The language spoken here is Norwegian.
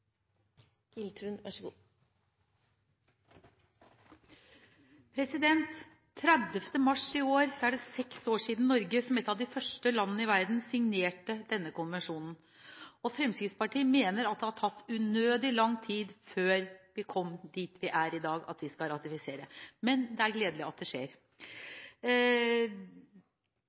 likestilt samfunn. Så vil jeg ønske regjeringen lykke til med gjennomføringen av konvensjonen. 30. mars i år er det seks år siden Norge som et av de første land i verden signerte denne konvensjonen. Fremskrittspartiet mener at det har tatt unødig lang tid før vi kom dit vi er i dag, at vi skal ratifisere – men det er gledelig at det skjer.